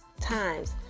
times